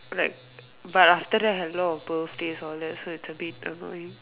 like but after that have a lot of birthdays and all that so its a bit annoying